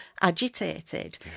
agitated